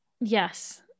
Yes